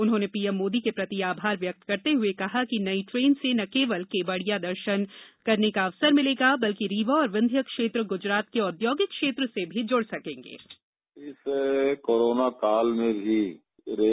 उन्होंने पीएम मोदी के प्रति आभार व्यक्त करते हुए कहा कि नई ट्रेन से न केवल केवड़िया दर्शन करने का अवसर मिलेगा बल्कि रीवा और विंध्य क्षेत्र गुजरात के औद्योगिक क्षेत्र से जुड़ सकेंगे